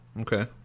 Okay